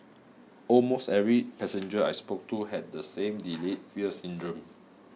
almost every passenger I spoke to had the same delayed fear syndrome